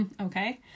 Okay